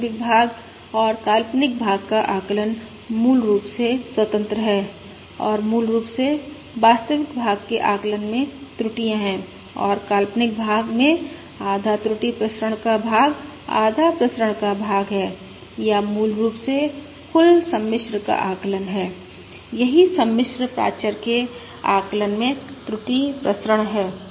वास्तविक भाग और काल्पनिक भाग का आकलन मूल रूप से स्वतंत्र है और मूल रूप से वास्तविक भाग के आकलन में त्रुटियां हैं और काल्पनिक भाग में आधा त्रुटि प्रसरण का भाग आधा प्रसरण का भाग है या मूल रूप से कुल सम्मिश्र का आकलन है यही सम्मिश्र प्राचर के आकलन में त्रुटि प्रसरण है